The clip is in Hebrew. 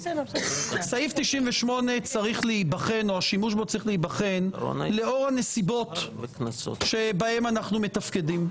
השימוש בסעיף 98 צריך להיבחן לאור הנסיבות שבהן אנחנו מתפקדים.